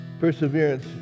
perseverance